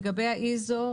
לגבי ה-איזו.